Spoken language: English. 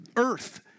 earth